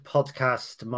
Podcast